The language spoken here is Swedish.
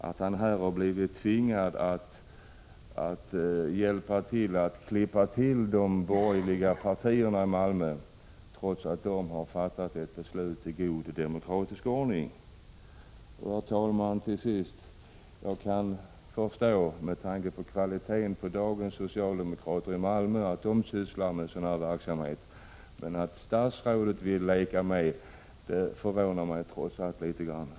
Statsrådet har här tvingats vara med om att ”klippa till” de borgerliga partierna i Malmö, trots att de fattat ett beslut i god demokratisk ordning. Herr talman! Till sist: Med tanke på kvaliteten på dagens socialdemokrater i Malmö kan jag förstå att de sysslar med en sådan här verksamhet, men att statsrådet vill leka med förvånar mig trots allt något.